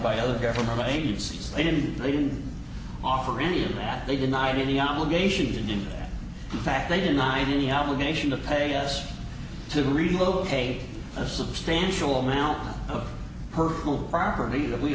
by the government agencies they didn't even offer any of that they denied any obligations and in fact they denied any obligation to pay us to relocate a substantial now her who property that we